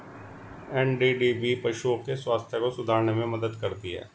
NDDB पशुओं के स्वास्थ्य को सुधारने में मदद करती है